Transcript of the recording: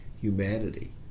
humanity